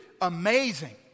Amazing